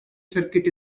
circuit